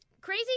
crazy